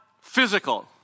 physical